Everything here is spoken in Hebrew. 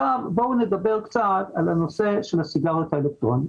בואו נדבר קצת על הנושא של הסיגריות האלקטרוניות.